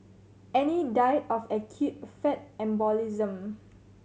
Annie died of acute fat embolism